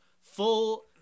full